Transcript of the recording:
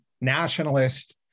nationalist